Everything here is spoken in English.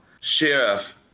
Sheriff